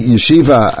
Yeshiva